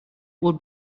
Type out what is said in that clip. would